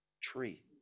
tree